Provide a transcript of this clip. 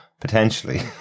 Potentially